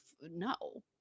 No